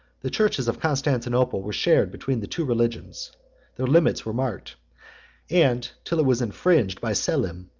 the churches of constantinople were shared between the two religions their limits were marked and, till it was infringed by selim,